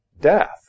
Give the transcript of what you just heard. death